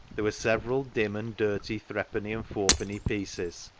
there were several dim and dirty threepenny and fourpenny pieces,